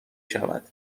شود